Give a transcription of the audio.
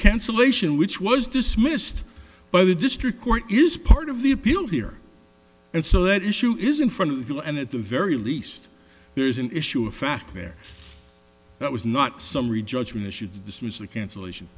cancellation which was dismissed by the district court is part of the appeal here and so that issue is in front of you and at the very least there's an issue of fact there that was not summary judgment should dismiss the cancellation